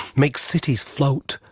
make cities float,